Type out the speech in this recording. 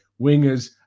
wingers